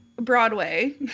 broadway